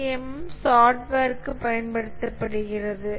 CMM சாஃப்ட்வேருக்குப் பயன்படுத்தப்படுகிறது